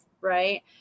right